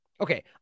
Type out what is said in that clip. Okay